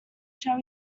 shall